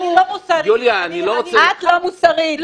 אני לא מוסרית --- את לא מוסרית.